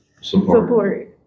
support